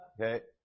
okay